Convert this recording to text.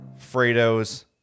Fredo's